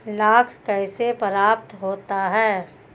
लाख कैसे प्राप्त होता है?